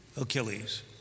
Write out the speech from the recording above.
Achilles